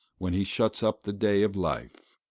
when he shuts up the day of life